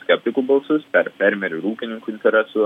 skeptikų balsus per fermerių ir ūkininkų interesus